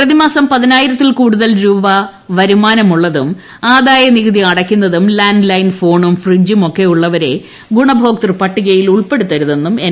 പ്രതിമാസം പതിനായിരത്തിൽ കൂടുതൽ രൂപ വരുമാനമുള്ളതും ആദായനികുതി അടയ്ക്കുന്നതും ലാൻഡ് ലൈൻ ഫോണും ഫ്രിഡ്ജും ഒക്കെയുള്ളവരെ ഗുണഭോക്തൃ പട്ടികയിൽ ഉൾപ്പെടുത്തരുതെന്നും എൻ